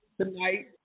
tonight